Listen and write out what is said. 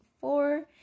four